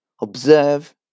Observe